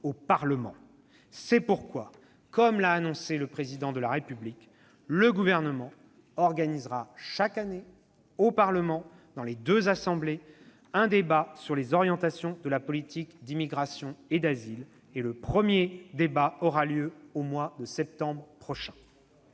le Parlement. C'est pourquoi, comme l'a annoncé le Président de la République, le Gouvernement organisera chaque année un débat au Parlement sur les orientations de la politique d'immigration et d'asile. Le premier aura lieu au mois de septembre prochain.